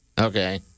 Okay